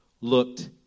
Looked